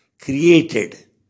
created